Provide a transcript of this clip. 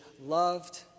loved